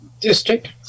district